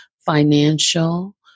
financial